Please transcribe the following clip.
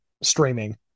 streaming